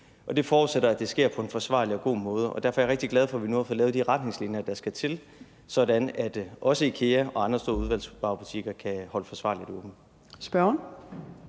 og det forudsætter, at det sker på en forsvarlig og god måde. Og derfor er jeg rigtig glad for, at vi nu har fået lavet de retningslinjer, der skal til, sådan at også IKEA og andre store udvalgsvarebutikker kan holde forsvarligt åbent.